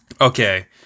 Okay